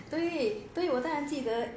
对我当然记得